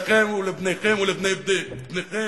לכם ולבניכם ולבני בני בניכם,